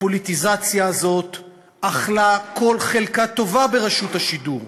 הפוליטיזציה הזאת אכלה כל חלקה טובה ברשות השידור,